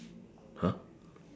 !huh!